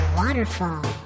waterfall